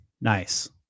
Nice